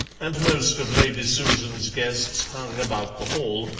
and most of lady susan's guests hung about the hall,